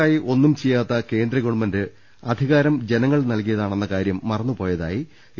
കർഷകർക്കായി ഒന്നും ചെയ്യാത്ത കേന്ദ്ര ഗവൺമെന്റ് അധി കാരം ജനങ്ങൾ നൽകിയതാണെന്ന കാര്യം മറന്നു പോയതായി എ